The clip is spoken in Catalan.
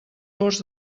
ports